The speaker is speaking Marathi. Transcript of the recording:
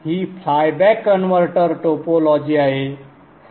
ही फ्लायबॅक कन्व्हर्टर टोपोलॉजी आहे